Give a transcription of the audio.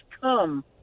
come